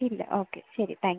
ഇല്ല ഓക്കെ ശരി താങ്ക്യൂ